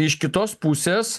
iš kitos pusės